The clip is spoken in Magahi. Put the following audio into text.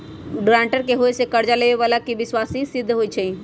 गरांटर के होय से कर्जा लेबेय बला के विश्वासी सिद्ध होई छै